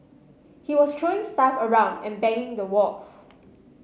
he was throwing stuff around and banging the walls